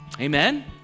Amen